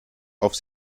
auf